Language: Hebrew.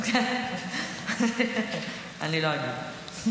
אני לא אגיב.